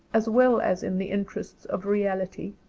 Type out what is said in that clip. as well as in the interests of reality,